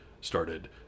started